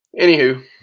anywho